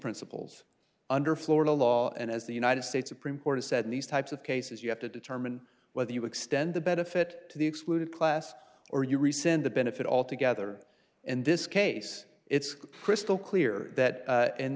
principles under florida law and as the united states supreme court said in these types of cases you have to determine whether you extend the benefit to the excluded class or you rescind the benefit altogether in this case it's crystal clear that